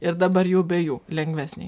ir dabar jau be jų lengvesnei